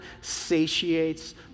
satiates